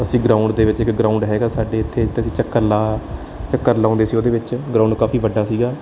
ਅਸੀਂ ਗਰਾਊਂਡ ਦੇ ਵਿੱਚ ਇੱਕ ਗਰਾਊਂਡ ਹੈਗਾ ਸਾਡੇ ਇੱਥੇ ਅਤੇ ਅਸੀਂ ਚੱਕਰ ਲਾ ਚੱਕਰ ਲਾਉਂਦੇ ਸੀ ਉਹਦੇ ਵਿੱਚ ਗਰਾਊਂਡ ਕਾਫ਼ੀ ਵੱਡਾ ਸੀਗਾ